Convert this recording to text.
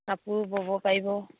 কাপোৰ ব'ব পাৰিব